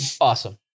Awesome